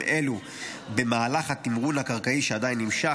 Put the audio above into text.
אלו במהלך התמרון הקרקעי שעדיין נמשך,